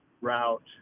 route